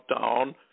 down